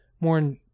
more